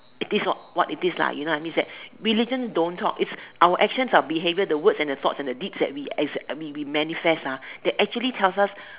it is what it is lah you know what I means that religion don't talk it's our actions our behavior the words and the thoughts and the deeds that we ex~ that we manifest ah that actually tell us